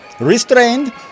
restrained